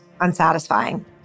unsatisfying